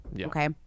okay